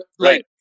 right